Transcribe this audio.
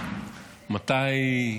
מתי,